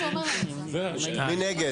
מי נגד?